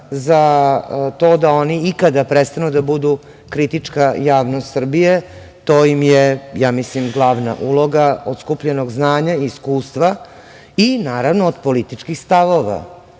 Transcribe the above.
za to da oni ikada prestanu da budu kritička javnost Srbije, to im je ja mislim glavna uloga od skupljenog znanja i iskustva i naravno od političkih stavova.